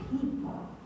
people